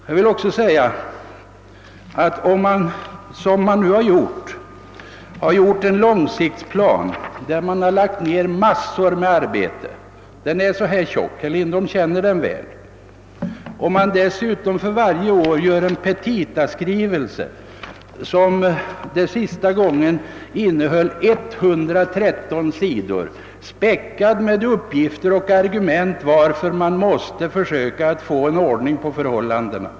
Man lägger ned mycket arbete på att göra en långsiktsplan — herr Lindholm känner väl till den — och dessutom framlägger man varje år en petitaskrivelse, den senaste omfattande 113 sidor, späckad med uppgifter och argument för att åtgärder måste vidtas för att förbättra förhållandena.